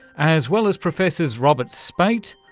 as well as professors robert speight,